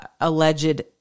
alleged